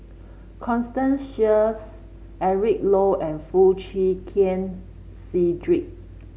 Constance Sheares Eric Low and Foo Chee Keng Cedric